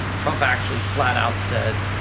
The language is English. trump actually flat out said,